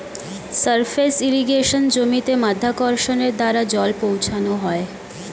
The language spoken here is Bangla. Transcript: সারফেস ইর্রিগেশনে জমিতে মাধ্যাকর্ষণের দ্বারা জল পৌঁছানো হয়